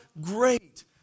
great